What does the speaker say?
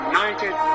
United